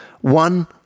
one